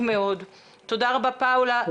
תודה רבה, פאולה.